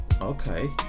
okay